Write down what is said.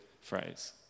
phrase